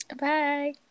Bye